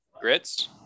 Grits